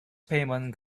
payment